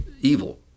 evil